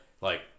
Like-